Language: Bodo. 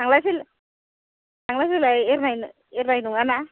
थांलाय फैलाय एरनाय नङाना